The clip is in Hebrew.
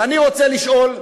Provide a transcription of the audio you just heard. ואני רוצה לשאול,